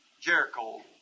Jericho